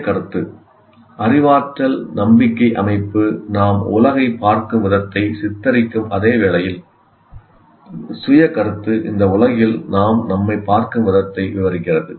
சுய கருத்து அறிவாற்றல் நம்பிக்கை அமைப்பு நாம் உலகைப் பார்க்கும் விதத்தை சித்தரிக்கும் அதே வேளையில் சுய கருத்து அந்த உலகில் நாம் நம்மைப் பார்க்கும் விதத்தை விவரிக்கிறது